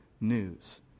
news